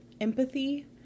empathy